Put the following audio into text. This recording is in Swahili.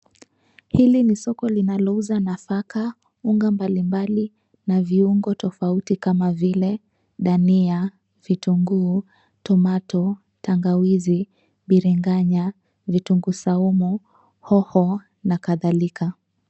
Hili ni soko linalouza nafaka na unga mbalimbali na viungo tofauti kama vile dania, vitunguu, [cs ] tomato[cs ], tangawizi, biringanya, vitunguu saumu, hoho na kadhalika.